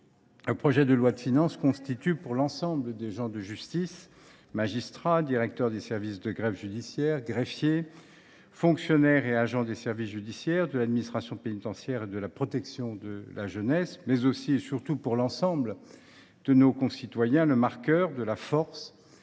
le projet de loi de finances constitue, pour l’ensemble des gens de justice – magistrats, directeurs des services de greffe judiciaires, greffiers, fonctionnaires et agents des services judiciaires de l’administration pénitentiaire et de la protection de la jeunesse –, mais aussi, et surtout, pour l’ensemble de nos concitoyens, le marqueur de la force